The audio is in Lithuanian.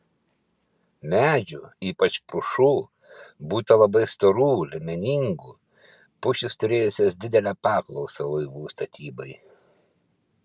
medžių ypač pušų būta labai storų liemeningų pušys turėjusios didelę paklausą laivų statybai